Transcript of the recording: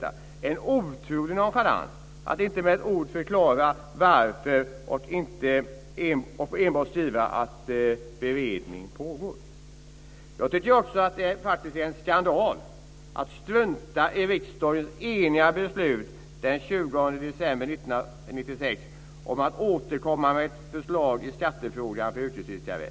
Det är en otrolig nonchalans att inte med ett ord förklara varför utan enbart skriva att beredning pågår. Jag tycker faktiskt också att det är en skandal att man struntar i riksdagens eniga beslut den 20 december 1996 om att regeringen ska återkomma med ett förslag i frågan om beskattningen av yrkesfiskare.